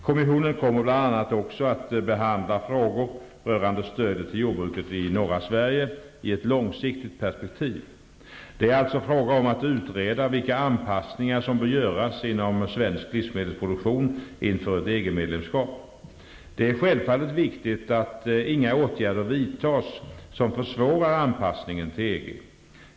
Kommissionen kommer bl.a. också att behandla frågor rörande stödet till jordbruket i norra Sverige i ett långsiktigt perspektiv. Det är alltså fråga om att utreda vilka anpassningar som bör göras inom svensk livsmedelsproduktion inför ett EG medlemskap. Det är självfallet viktigt att inga åtgärder vidtas som försvårar anpassningen till EG.